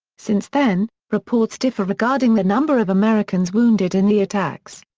since then, reports differ regarding the number of americans wounded in the attacks.